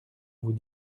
vous